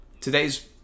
today's